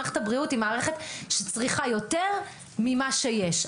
מערכת הבריאות היא מערכת שצריכה יותר ממה שיש.